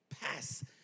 Pass